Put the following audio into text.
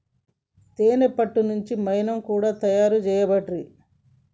తేనే పట్టు నుండి మైనం కూడా తయారు చేయబట్టిరి